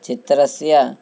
चित्रस्य